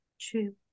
true